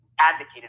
advocated